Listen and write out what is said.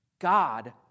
God